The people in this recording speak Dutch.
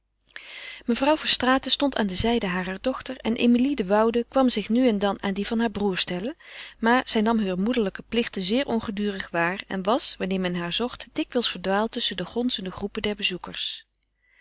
mevrouw verstraeten stond aan de zijde harer dochter en emilie de woude kwam zich nu en dan aan die van haar broêr stellen maar zij nam heure moederlijke plichten zeer ongedurig waar en was wanneer men haar zocht dikwijls verdwaald tusschen de gonzende groepen der bezoekers